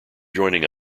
joining